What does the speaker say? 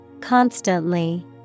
Constantly